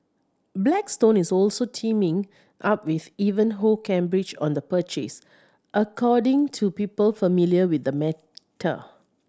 blackstone is also teaming up with Ivanhoe Cambridge on the purchase according to people familiar with the matter